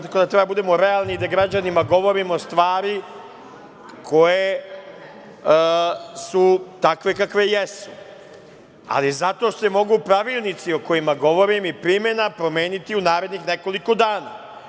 Tako da treba da budemo realni da građanima govorimo stvari koje su takve kakve-jesu, ali zato se mogu pravilnici o kojima govorim i primena promeniti u narednih nekoliko dana.